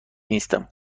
نیستم